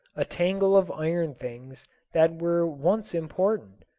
a tangle of iron things that were once important.